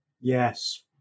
Yes